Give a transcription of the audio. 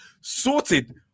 sorted